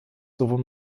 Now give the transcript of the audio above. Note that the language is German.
sowohl